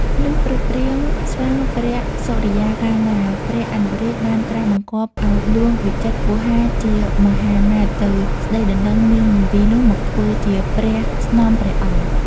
លុះព្រឹកព្រាងស្វាងព្រះសុរិយាកាលណា ព្រះអនុរាជបានត្រាស់បង្គាប់ឲ្យហ្លួងវិចិត្រវោហារជាមហាមាត្រ ទៅស្ដីដណ្ដឹងនាងនារីនោះមកធ្វើជាព្រះស្នំព្រះអង្គ ។